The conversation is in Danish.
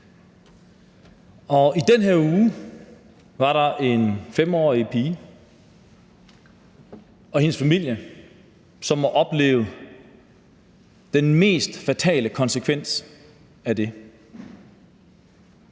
I den her uge var der en 5-årig pige og hendes familie, som må opleve den mest fatale konsekvens af det.